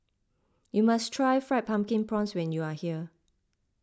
you must try Fried Pumpkin Prawns when you are here